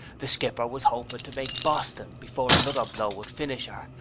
the skipper was hoping to make boston before another blow would finish her,